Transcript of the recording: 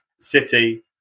City